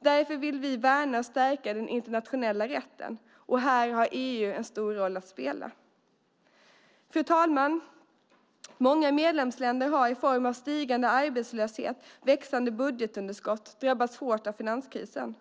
Därför vill vi värna och stärka den internationella rätten. Här har EU en stor roll att spela. Fru talman! Många medlemsländer har i form av stigande arbetslöshet och växande budgetunderskott drabbats hårt av finanskrisen.